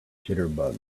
jitterbugs